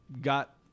got